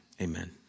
amen